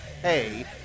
hey